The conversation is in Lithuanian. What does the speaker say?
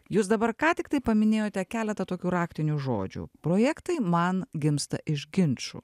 jūs dabar ką tik paminėjote keletą tokių raktinių žodžių projektai man gimsta iš ginčų